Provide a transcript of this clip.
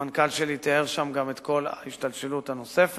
המנכ"ל שלי תיאר שם גם את כל ההשתלשלות הנוספת.